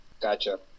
Gotcha